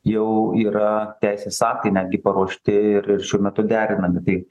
jau yra teisės aktai netgi paruošti ir šiuo metu derinami tai